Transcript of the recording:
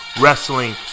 Wrestling